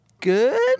good